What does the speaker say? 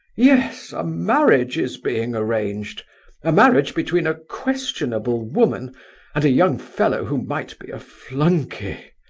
yes, a marriage is being arranged a marriage between a questionable woman and a young fellow who might be a flunkey.